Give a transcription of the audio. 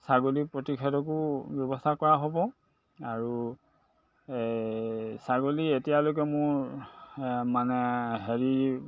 ছাগলী প্ৰতিষেধকো ব্যৱস্থা কৰা হ'ব আৰু ছাগলী এতিয়ালৈকে মোৰ মানে হেৰি